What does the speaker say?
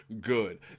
good